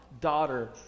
daughter